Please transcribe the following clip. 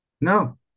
No